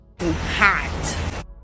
hot